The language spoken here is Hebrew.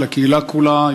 של הקהילה כולה,